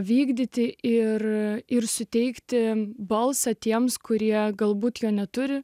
vykdyti ir ir suteikti balsą tiems kurie galbūt jo neturi